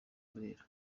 burera